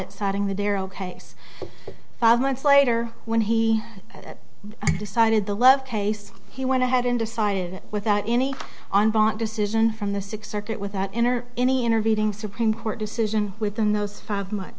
it citing the their ok x five months later when he decided the love case he went ahead and decided without any on bond decision from the six circuit with that in or any intervening supreme court decision within those five months